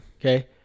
Okay